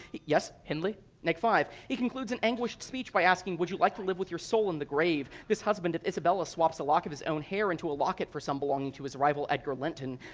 hendley. neg five. he concludes an anguished speech by asking would you like to live with your soul in the grave? this husband of isabella swaps a lock of his own hair into a locket for some belonging to his rival edgar linton.